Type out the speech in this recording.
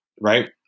right